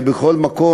בכל מקום,